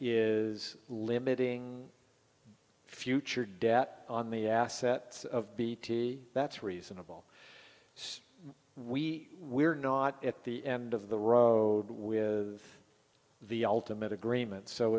is limiting future debt on the assets of bt that's reasonable since we we're not at the end of the road with the ultimate agreement so